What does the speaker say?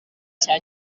cya